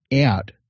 out